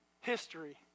history